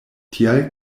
tial